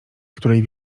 której